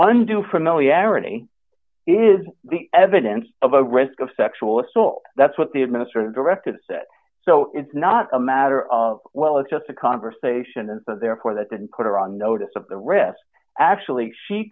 unto familiarity is the evidence of a risk of sexual assault that's what the administer directed said so it's not a matter of well it's just a conversation and so therefore that didn't put her on notice of the risk actually she